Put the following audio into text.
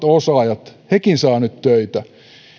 osaajat saavat nyt töitä